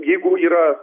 jeigu yra